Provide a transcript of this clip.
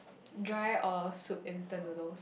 dry or soup instant noodle